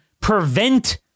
prevent